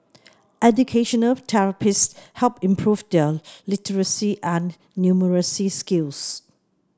educational therapists helped improve their literacy and numeracy skills